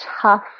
tough